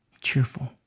cheerful